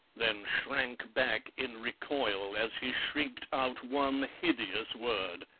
then shrank back in recoil as he shrieked out one hideous word.